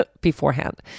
beforehand